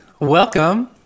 welcome